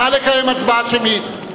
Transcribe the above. נא לקיים הצבעה שמית.